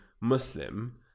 Muslim